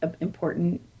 important